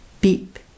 beep